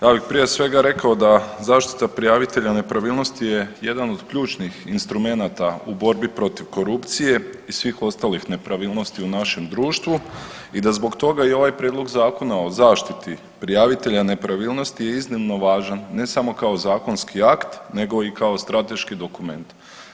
Ja bih prije svega rekao da zaštita prijavitelja nepravilnosti je jedan od ključnih instrumenata u borbi protiv korupcije i svih ostalih nepravilnosti u našem društvu i da zbog toga i ovaj Prijedlog zakona o zaštiti prijavitelja nepravilnost je iznimno važan, ne samo kao zakonski akt nego i kao strateški dokument.